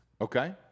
okay